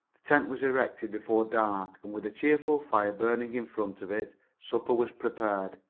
the tent was erected before dark, and, with a cheerful fire burning in front of it, supper was prepared.